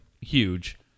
Huge